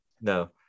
No